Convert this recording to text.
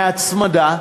מההצמדה,